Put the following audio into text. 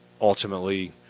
ultimately